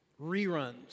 Reruns